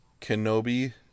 kenobi